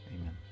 Amen